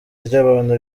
ry’abantu